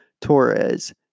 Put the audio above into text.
Torres